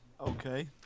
Okay